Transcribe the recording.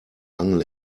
angel